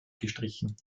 gestrichen